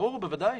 ברור, בוודאי.